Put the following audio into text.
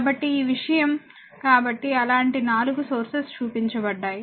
కాబట్టి ఈ విషయం కాబట్టి అలాంటి 4 సోర్సెస్ చూపించబడ్డాయి